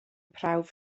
prawf